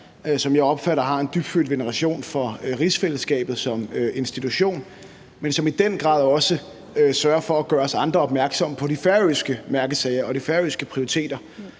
som jeg opfatter har en dybfølt veneration for rigsfællesskabet som institution, og som i den grad også sørger for at gøre os andre opmærksom på de færøske mærkesager og de